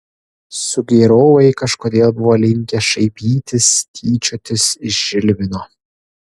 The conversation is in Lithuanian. sugėrovai kažkodėl buvo linkę šaipytis tyčiotis iš žilvino